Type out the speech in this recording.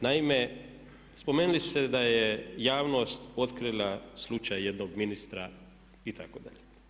Naime, spomenuli ste da je javnost otkrila slučaj jednog ministra itd.